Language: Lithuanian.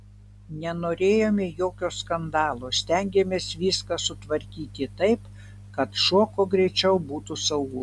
nenorėjome jokio skandalo stengėmės viską sutvarkyti taip kad šuo kuo greičiau būtų saugus